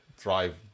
drive